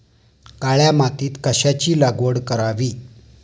काळ्या मातीत कशाची लागवड करावी?